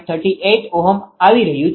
38Ω આવી રહ્યું છે